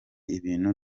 ibintu